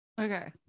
Okay